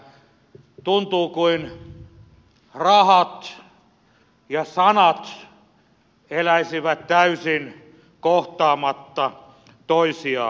tuntuu kuin rahat ja sanat eläisivät täysin kohtaamatta toisiaan